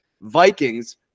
vikings